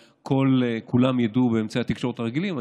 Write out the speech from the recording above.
כולם ידעו מאמצעי התקשורת הרגילים.